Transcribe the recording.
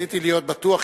רציתי להיות בטוח,